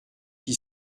qui